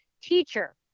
teacher